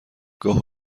گاه